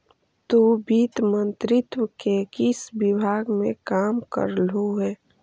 तु वित्त मंत्रित्व के किस विभाग में काम करलु हे?